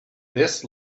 this